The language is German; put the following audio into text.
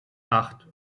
acht